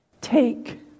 take